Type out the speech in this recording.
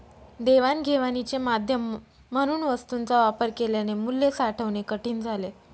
देवाणघेवाणीचे माध्यम म्हणून वस्तूंचा वापर केल्याने मूल्य साठवणे कठीण झाले